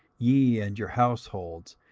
ye and your households,